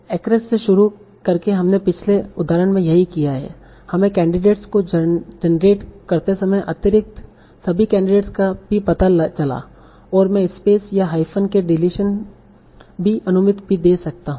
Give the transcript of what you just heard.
acress से शुरू करके हमने पिछले उदाहरण में यही किया है हमें कैंडिडेट्स को जनरेट करते समय अतिरिक्त सभी कैंडिडेट्स का भी पता चला और मैं स्पेस या हायफ़न के डिलीशन की अनुमति भी दे सकता हूं